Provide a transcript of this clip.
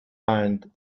hand